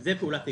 זה פעולת איבה.